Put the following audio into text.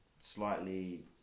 slightly